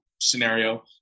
scenario